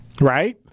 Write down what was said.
right